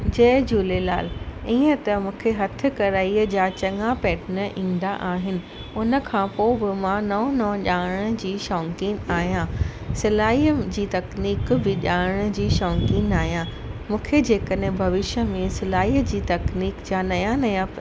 जय झूलेलाल ईअं त मूंखे हथु कढ़ाईअ जा चङा पैटन ईंदा आहिनि उन खां पोइ बि मां नओं नओं ॼाणण जी शौक़ीनि आहियां सिलाईअ जी तकनीक बि ॼाणण जी शौक़ीनि आहियां मूंखे जेकॾहिं भविष्य में सिलाईअ जी तकनीक जा नया नया